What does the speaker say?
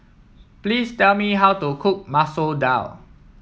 please tell me how to cook Masoor Dal